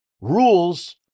Rules